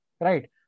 right